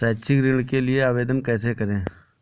शैक्षिक ऋण के लिए आवेदन कैसे करें?